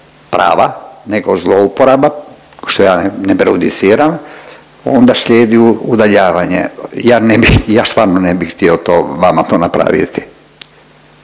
prava nego zlouporaba što ja ne prejudiciram onda slijedi udaljavanje. Ja ne bih ja stvarno ne bih htio to vama napraviti.